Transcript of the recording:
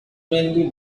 mainly